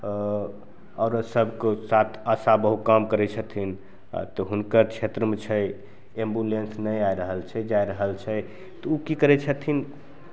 औरत सभके साथ आशा बहू काम करै छथिन आओर तऽ हुनकर क्षेत्रमे छै एम्बुलेन्स नहि आ रहल छै जा रहल छै तऽ ओ कि करै छथिन